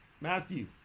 Matthew